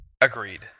Agreed